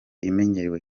imenyerewe